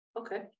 Okay